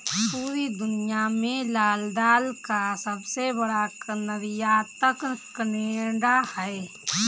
पूरी दुनिया में लाल दाल का सबसे बड़ा निर्यातक केनेडा है